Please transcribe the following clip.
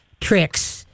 tricks